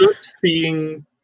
Seeing